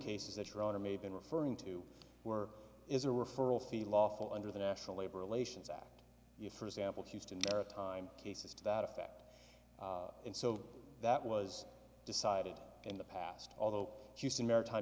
been referring to were is a referral fee lawful under the national labor relations act you for example houston time cases to that effect and so that was decided in the past although houston maritime